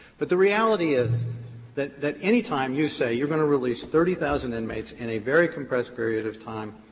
but the reality is that that anytime you say you are going to release thirty thousand inmates in a very compressed period of time,